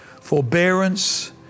forbearance